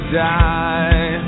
die